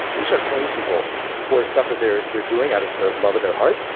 when you start paying people for stuff that they're they're doing out of the love of their heart,